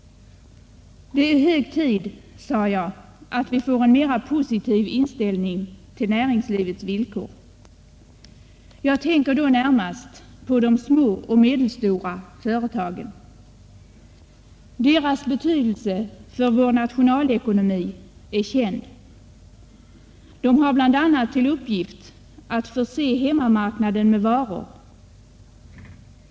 Det är hög tid, sade jag, att vi får en mera positiv inställning till näringslivets villkor. Jag tänker då närmast på de små och medelstora företagen. Deras betydelse för vår nationalekonomi är känd. De har bl.a. till uppgift att förse hemmamarknaden med varor.